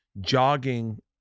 jogging